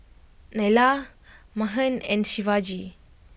Neila Mahan and Shivaji